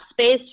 space